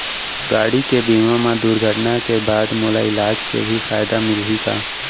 गाड़ी के बीमा मा दुर्घटना के बाद मोला इलाज के भी फायदा मिलही का?